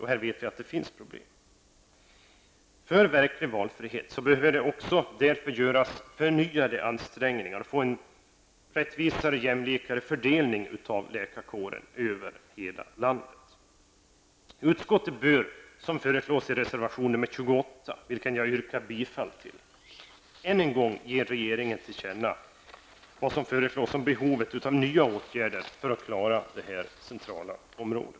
Och vi vet att det finns problem i detta sammanhang. För verklig valfrihet behöver det också göras förnyade ansträngningar för att man skall få en rättvisare och jämlikare fördelning av läkarkåren över hela landet. Utskottet bör, som föreslås i reservation 28, vilken jag yrkar bifall till, ännu en gång ge regeringen till känna vad vi föreslår om behovet av nya åtgärder för att klara detta centrala område.